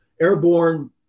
airborne